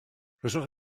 arhoswch